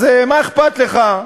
אז מה אכפת לך,